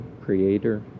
creator